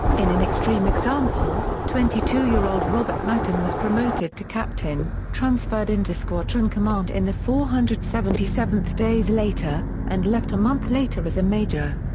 in an extreme example, twenty two year old robert mattern was promoted to captain, transferred into squadron command in the four hundred and seventy seventh days later, and left a month later as a major.